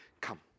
Come